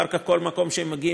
אחר כך בכל מקום שהם מגיעים,